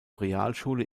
realschule